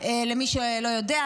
למי שלא יודע,